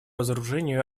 разоружению